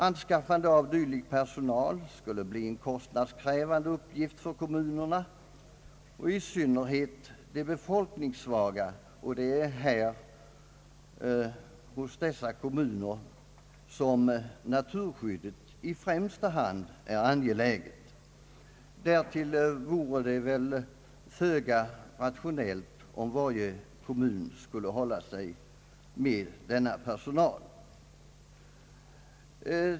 Anskaffande av dylik personal skulle bli en kostnadskrävande uppgift för kommunerna, i synnerhet de befolkningssvaga, och det är hos dessa kommuner som naturskyddet i första hand är angeläget. Därtill vore det väl föga rationellt, om varje kommun skulle hålla sig med sådan personal.